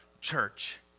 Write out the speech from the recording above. church